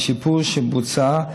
השיפור שבוצע,